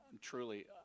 truly